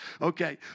Okay